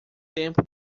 tempo